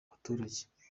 abaturage